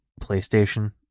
PlayStation